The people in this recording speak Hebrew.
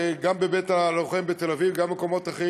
גם בבית-הלוחם בתל-אביב וגם במקומות אחרים,